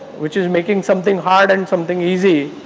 which is making something hard and something easy,